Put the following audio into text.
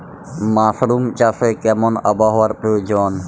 Mushroom চাষে কেমন আবহাওয়ার প্রয়োজন?